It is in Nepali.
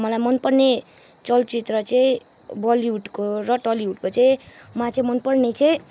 मलाई मन पर्ने चलचित्र चाहिँ बलिवुडको र टलिवुडको चाहिँ मलाई चाहिँ मन पर्ने चाहिँ